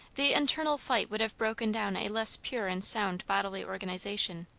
the internal fight would have broken down a less pure and sound bodily organization.